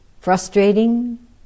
frustrating